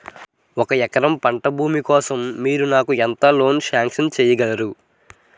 ఒక ఎకరం పంట భూమి కోసం మీరు నాకు ఎంత లోన్ సాంక్షన్ చేయగలరు?